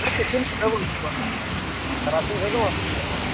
ᱦᱳᱭ ᱛᱤᱠᱤᱱ ᱯᱚᱨᱮ ᱵᱚᱱ ᱤᱫᱤ ᱠᱚᱣᱟ ᱦᱟᱸᱜ ᱛᱟᱨᱟᱥᱤᱧ ᱦᱟᱹᱵᱤᱡ ᱫᱚ ᱚᱲᱟᱜ ᱨᱮᱜᱮ ᱠᱚ ᱛᱟᱦᱮᱱᱟ